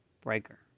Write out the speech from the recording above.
Breaker